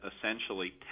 essentially